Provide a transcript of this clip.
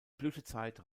blütezeit